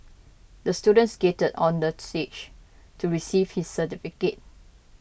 the student skated on the stage to receive his certificate